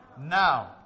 Now